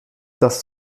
das